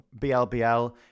BLBL